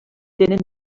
tenen